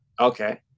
Okay